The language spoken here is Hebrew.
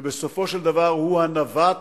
שבסופו של דבר הוא הנווט